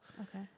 okay